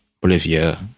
Bolivia